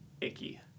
Icky